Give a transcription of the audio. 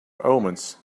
omens